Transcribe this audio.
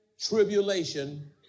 tribulation